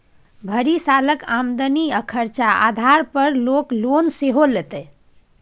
भरि सालक आमदनी आ खरचा आधार पर लोक लोन सेहो लैतै